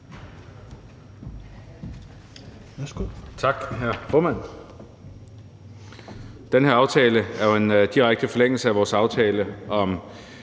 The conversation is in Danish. Tak, hr. formand. Den her aftale er jo en direkte forlængelse af vores aftale om